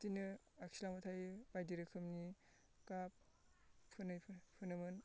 बिदिनो आखिलांबाय थायो बायदि रोखोमनि गाब फुनोमोन